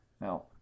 Now